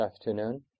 afternoon